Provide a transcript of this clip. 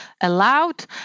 allowed